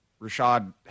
Rashad